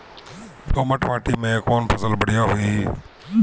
दोमट माटी में कौन फसल बढ़ीया होई?